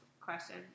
question